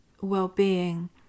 well-being